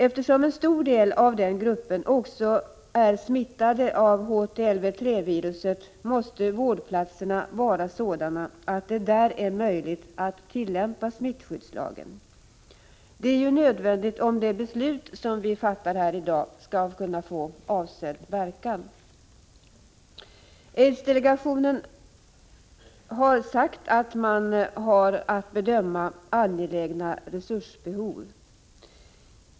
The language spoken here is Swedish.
Eftersom en stor del av denna grupp också är smittad av HTLV-III-viruset, måste vårdplatserna vara utformade på ett sådant sätt att det är möjligt att tillämpa smittskyddslagen. Det är ju nödvändigt om det beslut som vi skall fatta här i dag skall få avsedd verkan. Från aidsdelegationen har det sagts att man har att bedöma angelägna resursbehov.